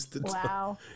wow